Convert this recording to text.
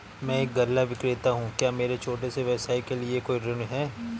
मैं एक गल्ला विक्रेता हूँ क्या मेरे छोटे से व्यवसाय के लिए कोई ऋण है?